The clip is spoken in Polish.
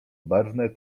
barwne